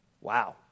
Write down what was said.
Wow